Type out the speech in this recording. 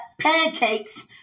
pancakes